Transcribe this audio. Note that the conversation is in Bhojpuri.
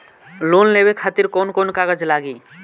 लोन लेवे खातिर कौन कौन कागज लागी?